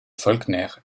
faulkner